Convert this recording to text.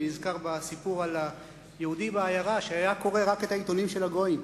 אני נזכר בסיפור על היהודי בעיירה שהיה קורא רק את העיתונים של הגויים.